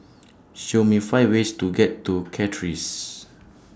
Show Me five ways to get to Castries